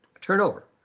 turnover